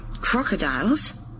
Crocodiles